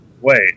wait